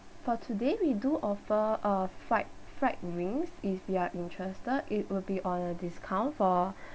for today we do offer a fried fried rings if you are interested it will be on a discount for